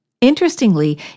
Interestingly